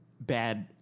bad